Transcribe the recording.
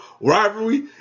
rivalry